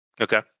okay